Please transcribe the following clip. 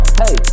hey